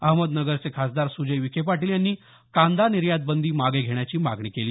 अहमदनगर चे खासदार सुजय विखे पाटील यांनी कांदा निर्यात बंदी मागे घेण्याची मागणी केली